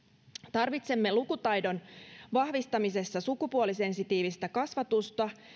tarvitsemme lukutaidon vahvistamisessa sukupuolisensitiivistä kasvatusta